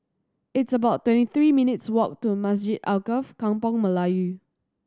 it's about twenty three minutes' walk to Masjid Alkaff Kampung Melayu